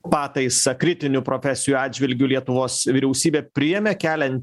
pataisą kritinių profesijų atžvilgiu lietuvos vyriausybė priėmė keliant